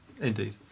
indeed